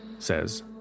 says